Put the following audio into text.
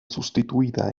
sustituida